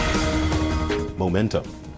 Momentum